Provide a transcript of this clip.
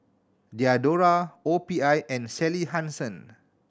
Diadora O P I and Sally Hansen